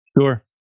Sure